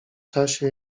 czasie